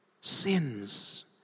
sins